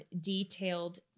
detailed